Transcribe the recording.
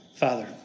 Father